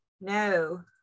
No